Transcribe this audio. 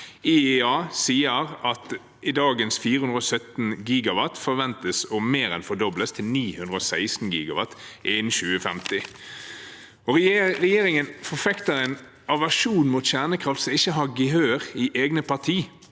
IEA sier at dagens 417 GW forventes å mer enn fordobles, til 916 GW innen 2050. Regjeringen forfekter en aversjon mot kjernekraft som ikke har gehør i egne parti.